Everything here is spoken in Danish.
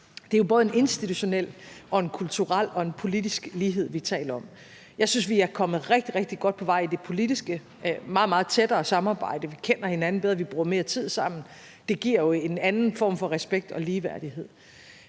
Det er jo både en institutionel og en kulturel og en politisk lighed, vi taler om. Jeg synes, vi er kommet rigtig, rigtig godt på vej med det politiske. Vi har et meget, meget tættere samarbejde; vi kender hinanden bedre, og vi bruger mere tid sammen. Og det giver jo en anden form for respekt og ligeværdighed.